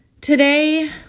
today